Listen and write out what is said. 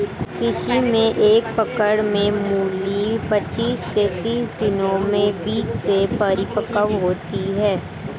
कृषि में एक पकड़ में मूली पचीस से तीस दिनों में बीज से परिपक्व होती है